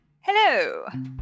hello